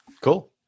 Cool